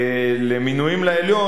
למינויים לעליון,